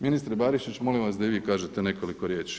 Ministre Barišić, molim vas da i vi kažete nekoliko riječi.